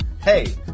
Hey